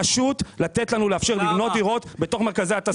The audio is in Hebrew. פשוט לתת לנו לאפשר לבנות דירות בתוך המרכזים.